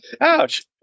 ouch